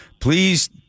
please